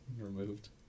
removed